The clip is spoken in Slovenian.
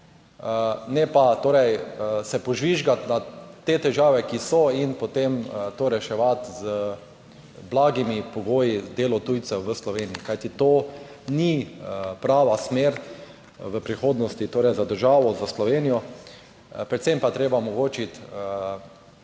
torej se požvižgati na te težave, ki so in potem to reševati z blagimi pogoji za delo tujcev v Sloveniji, kajti to ni prava smer v prihodnosti torej za državo, za Slovenijo. Predvsem pa je treba omogočiti